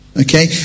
Okay